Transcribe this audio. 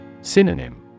Synonym